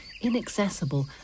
inaccessible